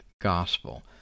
gospel